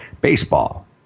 baseball